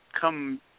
come